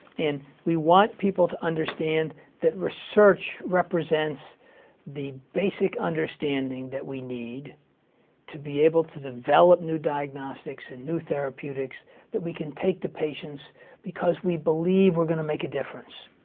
and we want people to understand that research represents the basic understanding that we need to be able to develop new diagnostics and new therapeutics that we can take to patients because we believe we're going to make a difference.